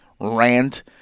rant